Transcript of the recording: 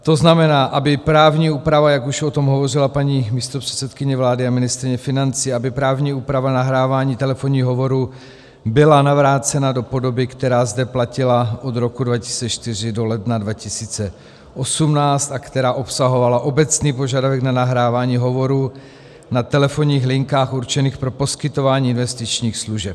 To znamená, aby právní úprava, jak už o tom hovořila paní místopředsedkyně vlády a ministryně financí, aby právní úprava nahrávání telefonních hovorů byla navrácena do podoby, která zde platila od roku 2004 do ledna 2018 a která obsahovala obecný požadavek na nahrávání hovorů na telefonních linkách určených pro poskytování investičních služeb.